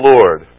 Lord